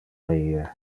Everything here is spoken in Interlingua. mie